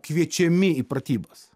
kviečiami į pratybas